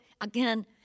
again